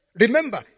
Remember